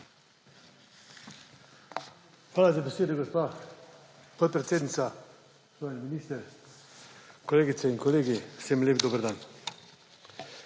Hvala za besedo, gospa podpredsednica. Spoštovani minister, kolegice in kolegi, vsem lep dober dan!